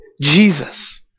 Jesus